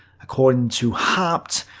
according to haupt,